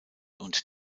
und